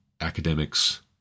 academics